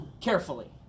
carefully